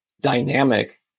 dynamic